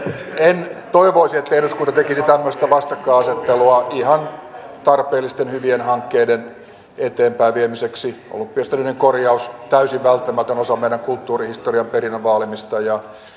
en toivoisi että eduskunta tekisi tämmöistä vastakkainasettelua ihan tarpeellisten hyvien hankkeiden eteenpäinviemiseksi olympiastadionin korjaus on täysin välttämätön osa meidän kulttuurihistorian perinnön vaalimista ja